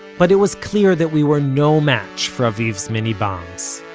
but it was clear that we were no match for aviv's mini-bombs